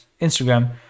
instagram